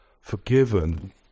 forgiven